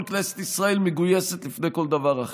כל כנסת ישראל מגויסת לפני כל דבר אחר.